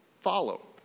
follow